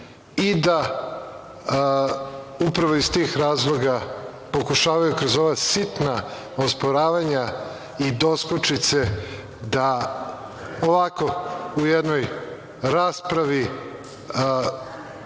i da upravo iz tih razloga pokušavaju kroz ova sitna osporavanja i doskočice da ovako u jednoj raspravi,